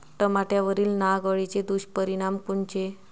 टमाट्यावरील नाग अळीचे दुष्परिणाम कोनचे?